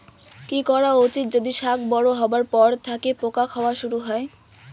কি করা উচিৎ যদি শাক বড়ো হবার পর থাকি পোকা খাওয়া শুরু হয়?